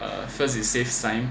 uh first is safe sign